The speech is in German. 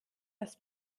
das